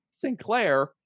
Sinclair